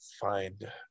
find